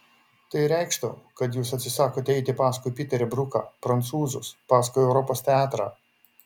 tai reikštų kad jūs atsisakote eiti paskui piterį bruką prancūzus paskui europos teatrą